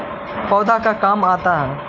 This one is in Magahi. पौधे का काम आता है?